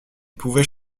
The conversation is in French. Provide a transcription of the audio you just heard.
pouvait